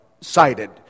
cited